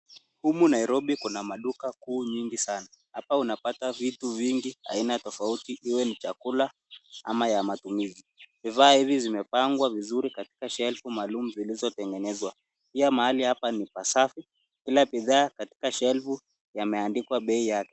Humu Nairobi kuna maduka kuu nyingi sana. Hapa unapata vitu vingi aina tofauti iwe ni chakula ama ya matumizi. Vifaa hivi vimepangwa vizuri katika shelf maalum zilizotengenezwa. Pia mahali hapa ni pasafi, kila bidhaa katika shelf imeandikwa bei yake.